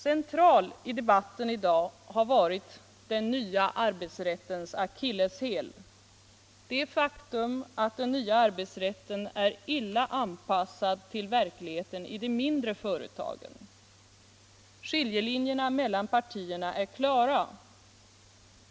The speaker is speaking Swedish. Central i debatten har varit den nya arbetsrättens akilleshäl: det faktum att den nya arbetsrätten är illa anpassad till verkligheten i de mindre företagen. Skiljelinjerna mellan partierna är klara.